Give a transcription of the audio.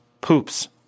poops